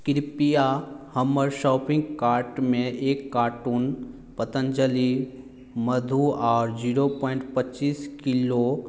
कृपया हमर शॉपिंग कार्टमे एक कार्टून पतञ्जलि मधु आओर जीरो पोईंट पच्चीस किलो